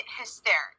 hysteric